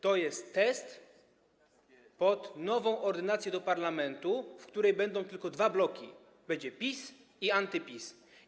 To jest test pod nową ordynację do parlamentu, w której będą tylko dwa bloki: PiS i anty-PiS.